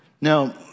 Now